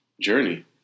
journey